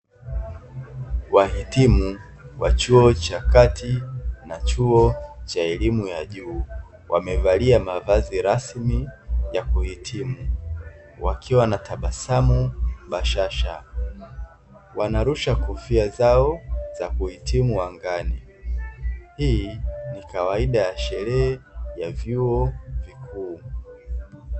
Wahitimu wa chuo cha kati na chuo cha elimu ya juu, wamevalia mavazi rasmi ya kuhitimu, wakiwa na tabasamu bashasha. Wanarusha kofia zao za kuhitimu angani, hii ni kawaida ya sherehe ya vyuo vikuu.